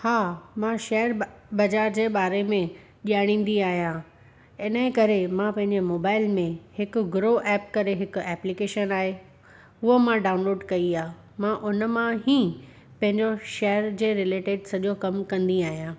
हा मां शेयर ब बाज़ारि जे बारे में ॼाणिंदी आहियां इनजे करे मां पंहिंजे मोबाइल में हिकु ग्रो एप करे हिकु एप्लिकेशन आहे हूअ मां डाउनलोड कई आहे मां उन मां ई पंहिंजो शेयर जे रिलेटिड सॼो कमु कंदी आहियां